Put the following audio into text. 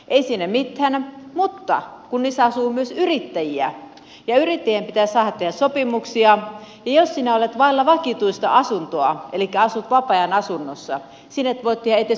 ei siinä mitään mutta kun niissä asuu myös yrittäjiä ja yrittäjien pitää saada tehdä sopimuksia ja jos sinä olet vailla vakituista asuntoa elikkä asut vapaa ajan asunnossa sinä et voi tehdä edes puhelinliittymäsopimusta